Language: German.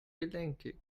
gelenkig